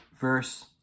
verse